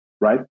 right